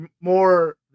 more